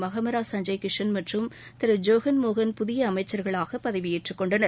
மஹமரா சஞ்சய் கிஷன் மற்றும் ஜோகன் மோகன் புதிய அமைச்சர்களாக பதவியேற்றுக் கொண்டனர்